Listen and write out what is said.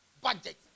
budget